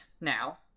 now